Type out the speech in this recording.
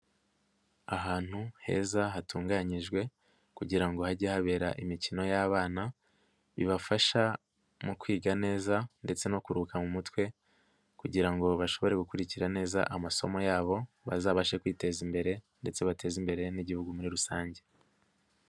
Ahantu heza hatunganyijwe kugira ngo hajye habera imikino y'abana, bibafasha mu kwiga neza ndetse no kuruhuka mu mutwe kugira ngo bashobore gukurikira neza amasomo yabo, bazabashe kwiteza imbere ndetse bateze imbere n'Igihugu muri rusange.